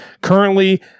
currently